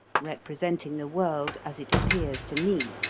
representing the world as it appears to me,